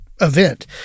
event